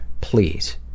please